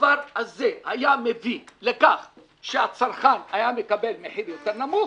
הדבר הזה היה מביא לכך שהצרכן היה מקבל מחיר יותר נמוך,